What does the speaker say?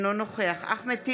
אינו נוכח אחמד טיבי,